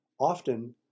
Often